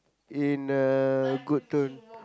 in a good tone